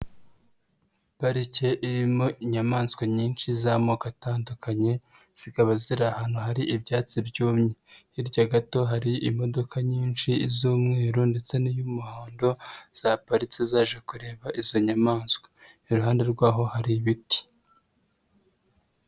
Parike irimo inyamaswa nyinshi z'amoko atandukanye zikaba ziri ahantu hari ibyatsi byumye, hirya gato hari imodoka nyinshi z'umweru ndetse n'iy'umuhondo zihaparitse zaje kureba izo nyamaswa, iruhande rw'aho hari ibiti.